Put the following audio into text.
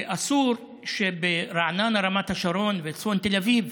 ואסור שברעננה, רמת השרון וצפון תל אביב